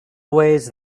ways